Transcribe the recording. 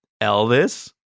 Elvis